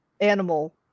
animal